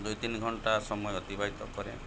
ଦୁଇ ତିନି ଘଣ୍ଟା ସମୟ ଅତିବାହିତ କରେ